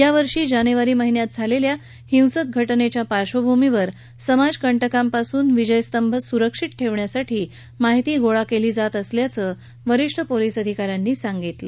या वर्षी जानेवारी महिन्यात झालेल्या हिंसक घटनेच्या पार्श्वभूमीवर समाजककंटकांपासून विजय स्तंभ सुरक्षित ठेवण्यासाठी माहिती गोळा केली जात असल्याचं वरीष्ठ पोलीस अधिकाऱ्यांनी सांगितलं